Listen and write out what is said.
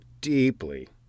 deeply